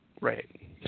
right